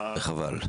וחבל.